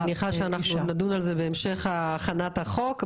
אני מניחה שאנחנו עוד נדון בזה בהמשך הכנת החוק.